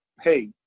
hey